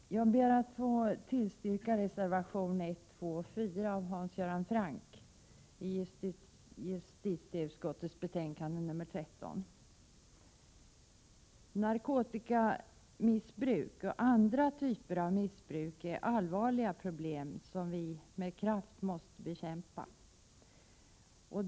Herr talman! Jag ber att få yrka bifall till reservationerna 1, 2 och 4 av Hans Göran Franck i justitieutskottets betänkande 13. Narkotikamissbruk och andra typer av missbruk är allvarliga problem som med kraft måste bekämpas.